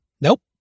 Nope